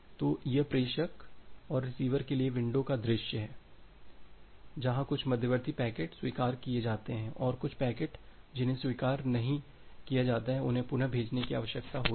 तो यह प्रेषक और रिसीवर के लिए विंडो का दृश्य है जहां कुछ मध्यवर्ती पैकेट स्वीकार किए जाते हैं और कुछ पैकेट जिन्हें स्वीकार नहीं किया जाता है उन्हें पुनः भेजने की आवश्यकता होती है